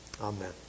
amen